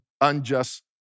unjust